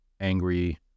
angry